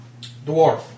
Dwarf